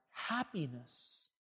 Happiness